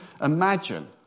imagine